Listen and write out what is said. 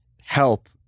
help